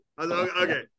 okay